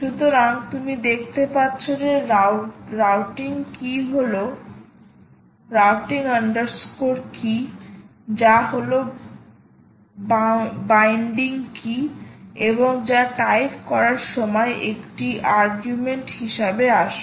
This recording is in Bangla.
সুতরাং তুমি দেখতে পাচ্ছো যে রাউটিং কী হল রাউটিং কী routing key যা হলো বাইন্ডিং কী এবং যা টাইপ করার সময় একটি আর্গুমেন্ট হিসাবে আসবে